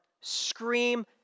scream